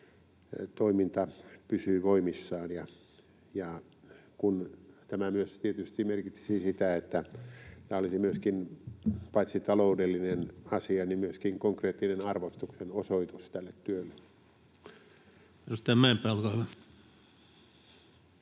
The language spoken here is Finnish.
toiminta pysyy voimissaan. Tämä myös tietysti merkitsisi sitä, että tämä olisi paitsi taloudellinen asia myöskin konkreettinen arvostuksen osoitus tälle työlle. [Speech 154] Speaker: